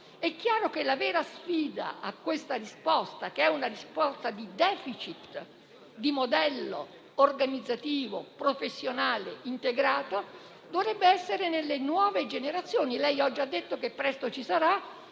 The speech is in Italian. È chiaro che la vera sfida a questo problema, che è un problema di *deficit* di modello organizzativo e professionale integrato, dovrebbe essere nelle nuove generazioni. Lei oggi ha detto che presto ci sarà